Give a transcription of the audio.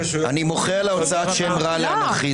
אני מוחה על הוצאת שם רע לאנרכיזם.